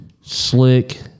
slick